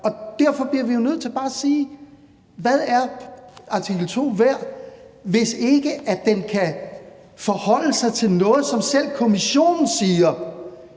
Derfor bliver vi jo nødt til bare at sige: Hvad er artikel 2 værd, hvis den ikke kan bruges på noget, som selv Kommissionen siger